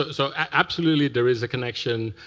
ah so absolutely, there is a connection.